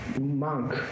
Monk